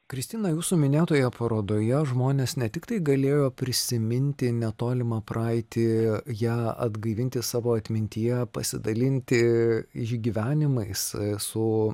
kristina jūsų minėtoje parodoje žmonės ne tiktai galėjo prisiminti netolimą praeitį ją atgaivinti savo atmintyje pasidalinti išgyvenimais su